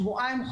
שבועיים,